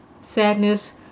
sadness